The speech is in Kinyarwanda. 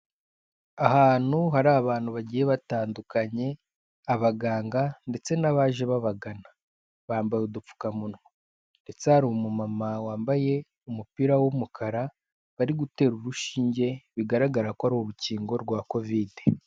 Ahantu hari abantu bagiye batandukanye: abaganga ndetse n'abaje babagana, bambaye udupfukamunwa ndetse hari umumama wambaye umupira w'umukara, bari gutera urushinge bigaragara ko ari urukingo rwa covide.